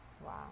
Wow